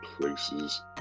places